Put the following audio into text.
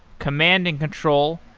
command and control,